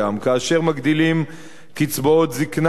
כאשר מגדילים קצבאות זיקנה,